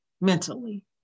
Mentally